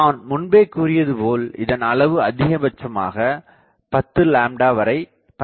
நான் முன்பே கூறியது போல் இதன் அளவு அதிகபட்சமாக 10 வரை பயன்படுத்தலாம்